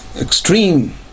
extreme